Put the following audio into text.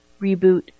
reboot